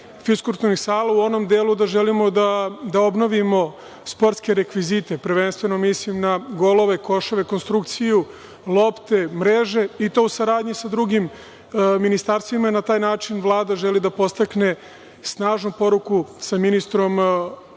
fiskulturnih sala u onom delu da želimo da obnovimo sportske rekvizite, a prvenstveno mislim na golove, koševe, konstrukciju, lopte, mreže, i to u saradnji sa drugim ministarstvima. Na taj način Vlada želi da podstakne snažnu poruku sa ministrom prosvete,